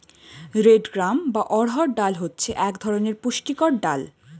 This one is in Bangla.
রেড গ্রাম বা অড়হর ডাল হচ্ছে এক ধরনের পুষ্টিকর ডাল